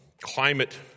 climate